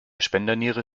spenderniere